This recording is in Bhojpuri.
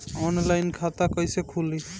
ऑनलाइन खाता कईसे खुलि?